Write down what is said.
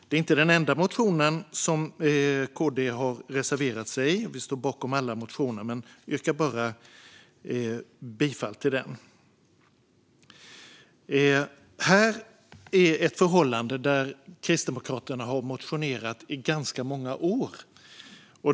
Det är inte den enda motion som KD har reserverat sig till förmån för. Vi står naturligtvis bakom alla våra reservationer, men detta är den enda vi yrkar bifall till. Detta är en fråga där Kristdemokraterna har motionerat i ganska många år.